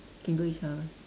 can go his house